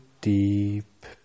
deep